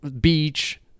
beach